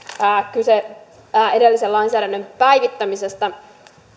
kyse myöskin edellisen lainsäädännön päivittämisestä